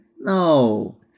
no